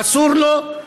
אסור לו,